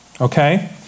okay